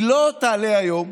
היא לא תעלה היום.